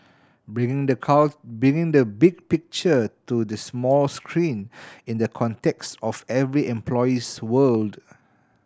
bring the bringing the big picture to the small screen in the context of every employee's world